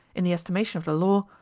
in the estimation of the law,